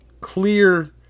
Clear